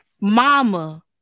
mama